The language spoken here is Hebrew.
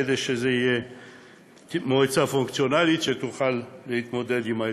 כדי שזו תהיה מועצה פונקציונלית שתוכל להתמודד עם האתגרים.